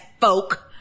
folk